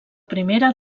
primera